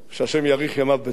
שהשם יאריך ימיו בטוב,